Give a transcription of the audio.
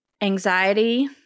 anxiety